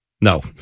no